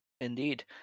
Indeed